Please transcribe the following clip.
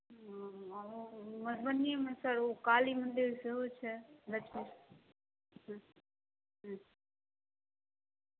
ह्म्म आ ओ मधुबनीएमे सर ओ काली मन्दिर सेहो छै ह्म्म ह्म्म